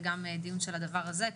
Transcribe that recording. וגם דיון של הדבר הזה,